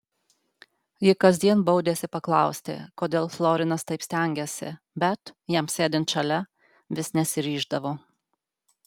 ji kasdien baudėsi paklausti kodėl florinas taip stengiasi bet jam sėdint šalia vis nesiryždavo